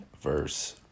verse